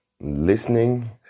listening